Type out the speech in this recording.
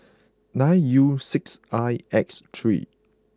nine U six I X three